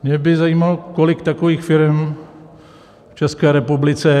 Mě by zajímalo, kolik takových firem v České republice je.